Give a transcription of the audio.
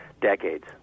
decades